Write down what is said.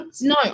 no